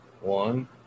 one